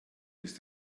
ist